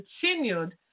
continued